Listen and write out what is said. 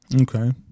okay